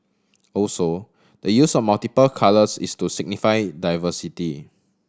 also the use of multiple colours is to signify diversity